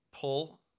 pull